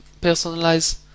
personalize